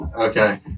Okay